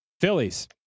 Phillies